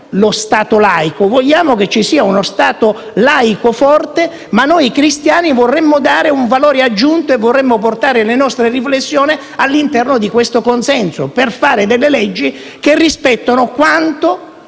lo Stato laico; vogliamo che ci sia uno Stato laico forte, ma noi cristiani vorremmo dare un valore aggiunto e portare la nostra riflessione all'interno di questo consesso per fare delle leggi che rispettino le